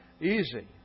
easy